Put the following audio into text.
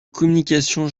communication